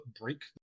Break